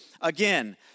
Again